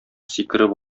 сикереп